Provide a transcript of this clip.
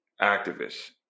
activists